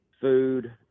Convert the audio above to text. food